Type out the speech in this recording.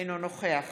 אינו נוכח